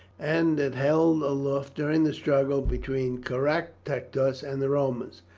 and had held aloof during the struggle between caractacus and the romans,